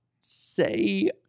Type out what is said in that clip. say